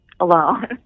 alone